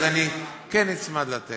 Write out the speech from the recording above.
אז אני כן נצמד לטקסט.